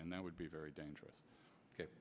and that would be very dangerous